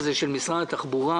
למה.